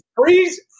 freeze